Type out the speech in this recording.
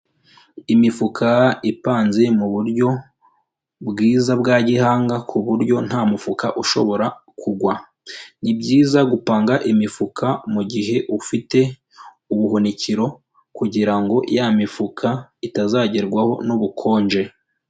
Imifuka ipanze mu buryo bwiza bwa gihanga ku buryo nta mufuka ushobora kugwa, ni byiza gupanga imifuka mu gihe ufite ubuhunikiro kugira ngo ya mifuka itazagerwaho n'ubukonje.